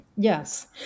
Yes